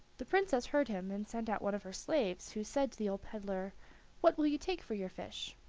the princess heard him, and sent out one of her slaves, who said to the old peddler what will you take for your fish?